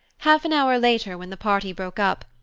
half an hour later, when the party broke up,